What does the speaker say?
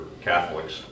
Catholics